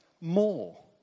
more